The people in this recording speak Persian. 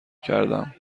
کردم